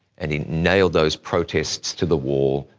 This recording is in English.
and he nailed those protests to the wall,